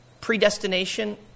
Predestination